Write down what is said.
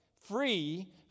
free